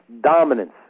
dominance